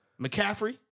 McCaffrey